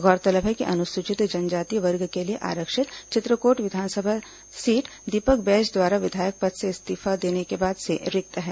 गौरतलब है कि अनुसूचित जनजाति वर्ग के लिए आरक्षित चित्रकोट विधानसभा सीट दीपक बैज द्वारा विधायक पद से इस्तीफा देने के बाद से रिक्त है